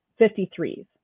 53s